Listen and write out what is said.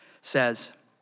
says